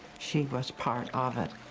she was part of it.